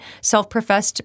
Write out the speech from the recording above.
self-professed